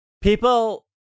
people